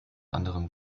anderem